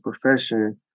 profession